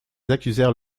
accusèrent